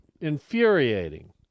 infuriating